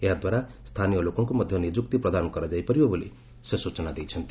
ଏହାଦ୍ୱାରା ସ୍ଥାନୀୟ ଲୋକଙ୍କୁ ମଧ୍ୟ ନିଯୁକ୍ତି ପ୍ରଦାନ କରାଯାଇ ପାରିବ ବୋଲି ସେ ସ୍ୱଚନା ଦେଇଛନ୍ତି